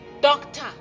doctor